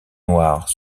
noirs